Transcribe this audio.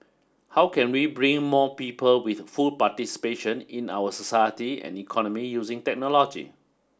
how can we bring more people with full participation in our society and economy using technology